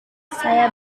saya